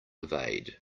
evade